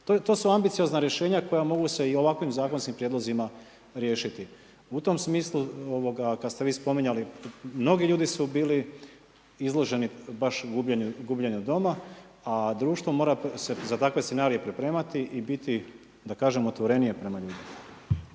To su ambiciozna rješenja koja mogu se i ovakvim zakonskim prijedlozima riješiti. U tom smislu kad ste vi spominjali, mnogi ljudi su bili izloženi baš gubljenju doma a društvo mora se za takve scenarije pripremati i biti da kažem, otvorenije prema ljudima.